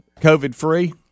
COVID-free